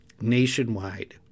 nationwide